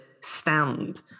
stand